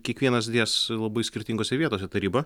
kiekvienas dės labai skirtingose vietose tą ribą